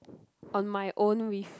on my own with